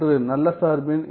நல்ல சார்பின் FT